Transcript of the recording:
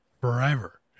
forever